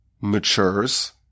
matures